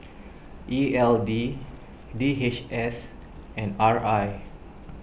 E L D D H S and R I